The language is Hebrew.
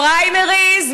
פריימריז,